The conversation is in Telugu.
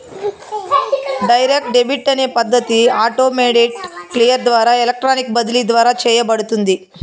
డైరెక్ట్ డెబిట్ అనే పద్ధతి ఆటోమేటెడ్ క్లియర్ ద్వారా ఎలక్ట్రానిక్ బదిలీ ద్వారా చేయబడుతుంది